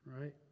right